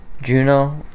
Juno